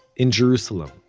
in jerusalem.